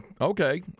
okay